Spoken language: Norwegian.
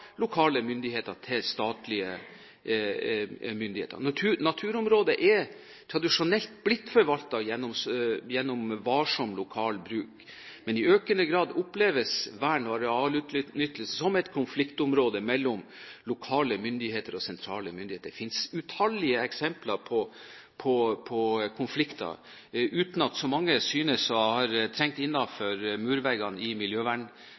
lokale myndigheter til statlige myndigheter. Naturområder er tradisjonelt blitt forvaltet gjennom varsom lokal bruk. Men i økende grad oppleves vern og arealutnyttelse som et konfliktområde mellom lokale myndigheter og sentrale myndigheter. Det finnes utallige eksempler på konflikter uten at så mange synes å ha trengt innenfor murveggene i Miljøverndepartementet. Men i Finnmark har du mange. Du finner i